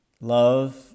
Love